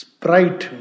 Sprite